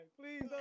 Please